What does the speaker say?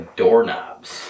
doorknobs